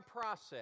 process